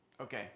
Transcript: Okay